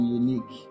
unique